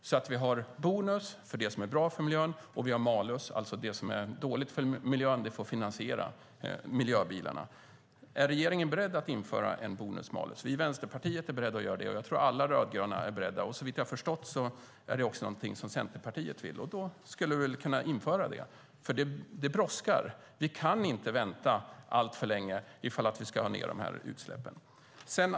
Då har vi en bonus för det som är bra för miljön och malus för det som är dåligt för miljön. Det får finansiera miljöbilarna. Är regeringen beredd att införa en bonus malus? Vi i Vänsterpartiet är beredda att göra det, och jag tror att alla de rödgröna partierna är beredda att göra det. Såvitt jag har förstått är det också någonting som Centerpartiet vill. Då skulle vi kunna införa det. Det brådskar. Vi kan inte vänta alltför länge om vi ska få ned de här utsläppen.